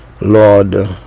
Lord